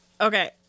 okay